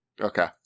Okay